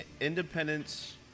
Independence